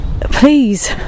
please